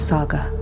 Saga